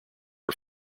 are